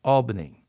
Albany